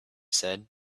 said